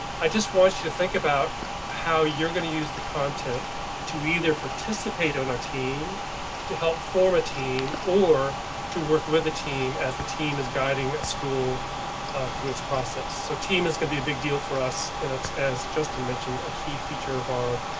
i just want you to think about how you're going to use the content to either participate on a team to help form a team or to work with the team as the team is guiding a school through its process. so team is going to be a big deal for us and it's as justin mentioned, a key feature of our.